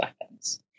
weapons